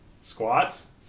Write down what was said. Squats